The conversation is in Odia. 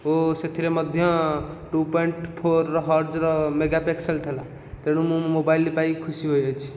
ଓ ସେଥିରେ ମଧ୍ୟ ଟୁ ପଏଣ୍ଟ ଫୋର ହର୍ଜ ର ମେଗାପିକ୍ସଲ ଥିଲା ତେଣୁ ମୁଁ ମୋବାଇଲ ପାଇ ଖୁସି ହୋଇଅଛି